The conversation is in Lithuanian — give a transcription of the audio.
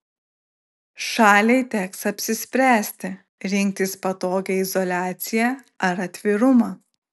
šaliai teks apsispręsti rinktis patogią izoliaciją ar atvirumą